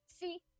See